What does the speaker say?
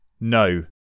no